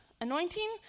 Anointing